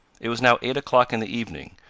it was now eight o'clock in the evening,